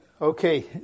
okay